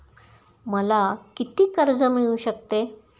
मला किती कर्ज मिळू शकते?